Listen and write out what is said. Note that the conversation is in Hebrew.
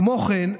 כמו כן,